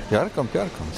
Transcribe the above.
perkam perkam